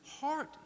heart